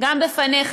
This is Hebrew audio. גם בפניך,